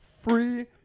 free